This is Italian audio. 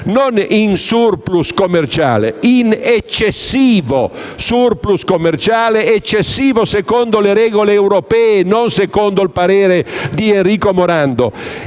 non in *surplus* commerciale, ma in eccessivo *surplus* commerciale, secondo le regole europee e non secondo il parere di Enrico Morando.